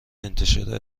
انتشار